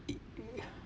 it